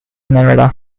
nevada